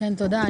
תודה.